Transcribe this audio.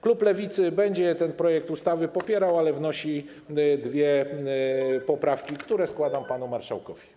Klub Lewicy będzie ten projekt ustawy popierał, ale wnosi dwie poprawki, które składam panu marszałkowi.